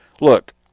Look